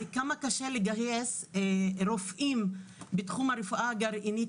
וכמה קשה לגייס רופאים בתחום הרפואה הגרעינית,